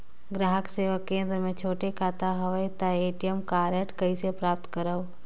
ग्राहक सेवा केंद्र मे छोटे खाता हवय त ए.टी.एम कारड कइसे प्राप्त करव?